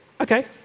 okay